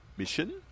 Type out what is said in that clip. Mission